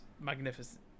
magnificent